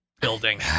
Building